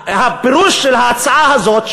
הפלוס של ההצעה הזאת,